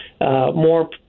more